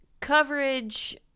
coverage